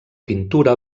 pintura